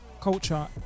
culture